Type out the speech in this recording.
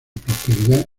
prosperidad